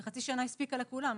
וחצי שנה הספיקה לכולם.